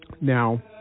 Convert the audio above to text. Now